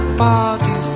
party